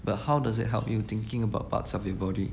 but how does it help you thinking about parts of your body